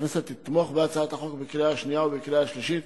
שהכנסת תתמוך בהצעת החוק בקריאה השנייה ובקריאה השלישית